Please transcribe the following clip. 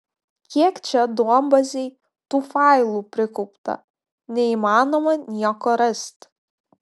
kiek čia duombazėj tų failų prikaupta neįmanoma nieko rast